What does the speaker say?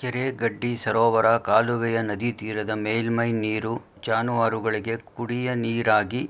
ಕೆರೆ ಗಡ್ಡಿ ಸರೋವರ ಕಾಲುವೆಯ ನದಿತೀರದ ಮೇಲ್ಮೈ ನೀರು ಜಾನುವಾರುಗಳಿಗೆ, ಕುಡಿಯ ನೀರಾಗಿ